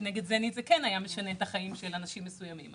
נגד זניט זה כן היה משנה את החיים של אנשים מסוימים.